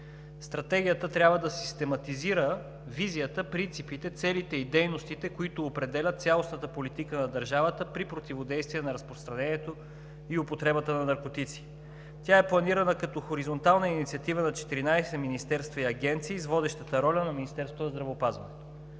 Стратегията трябва да систематизира визията, принципите, целите и дейностите, които определят цялостната политика на държавата при противодействие на разпространението и употребата на наркотици. Тя е планирана като хоризонтална инициатива на 14 министерства и агенции с водещата роля на Министерството на здравеопазването.